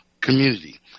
community